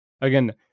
Again